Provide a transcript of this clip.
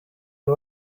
you